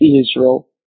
Israel